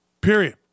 period